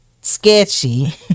sketchy